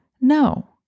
No